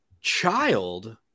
child